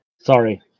Sorry